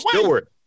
Stewart